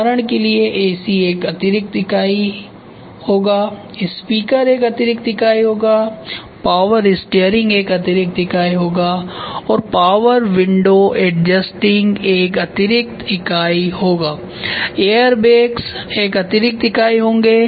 उदाहरण के लिए एसी एक अतिरिक्त इकाई होगा स्पीकर एक अतिरिक्त इकाई होगा पावर स्टीयरिंग एक अतिरिक्त इकाई होगा और पावर विंडो एडजस्टिंग एक अतिरिक्त इकाई होगाएयर बैग्स एक अतिरिक्त इकाई होंगे